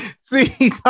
See